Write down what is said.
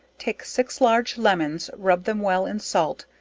take six large lemons, rub them well in salt,